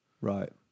Right